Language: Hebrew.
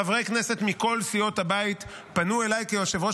חברי כנסת מכל סיעות הבית פנו אליי כיושב-ראש